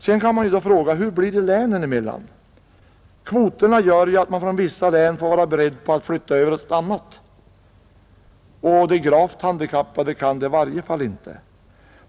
Sedan kan man fråga: Hur blir det länen emellan? Kvoterna gör ju att de som bor i vissa län får vara beredda att flytta över till ett annat, och i varje fall de gravt handikappade kan inte göra detta.